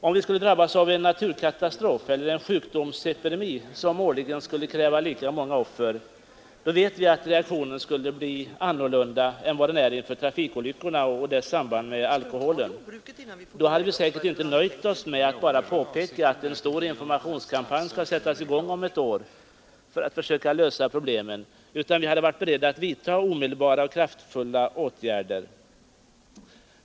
Om vi skulle drabbas av en naturkatastrof eller en sjukdomsepidemi som årligen skulle kräva lika många offer, skulle reaktionen ha blivit annorlunda än vad den är inför trafikolyckorna och deras samband med alkoholen. Då hade vi säkert inte nöjt oss med att påpeka att en stor informationskampanj skall sättas i gång om ett år för att försöka lösa problemen, utan vi hade varit beredda att vidta omedelbara och kraftfulla åtgärder.